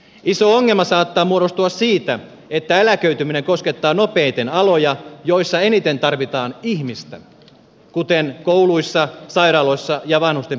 iso ongelma saattaa muodostua siitä että eläköityminen koskettaa nopeiten aloja joissa eniten tarvitaan ihmistä kuten kouluissa sairaaloissa ja vanhusten palvelutaloissa